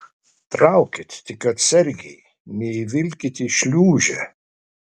traukit tik atsargiai neįvilkit į šliūžę